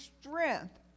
strength